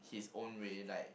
in his own way like